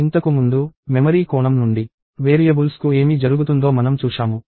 ఇంతకుముందు మెమరీ కోణం నుండి వేరియబుల్స్కు ఏమి జరుగుతుందో మనం చూశాము